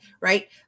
Right